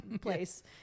place